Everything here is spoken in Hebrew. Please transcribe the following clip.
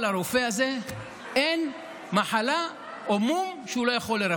הרופא הזה שאין מחלה או מום שהוא לא יכול לרפא.